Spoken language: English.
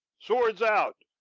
swords out!